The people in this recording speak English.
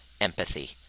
empathy